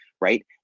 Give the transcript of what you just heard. Right